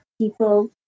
people